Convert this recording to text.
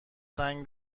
سنگ